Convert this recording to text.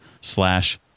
slash